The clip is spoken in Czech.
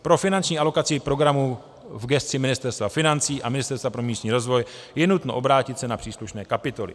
Pro finanční alokaci programů v gesci Ministerstva financí a Ministerstva pro místní rozvoj je nutno se obrátit na příslušné kapitoly.